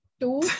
two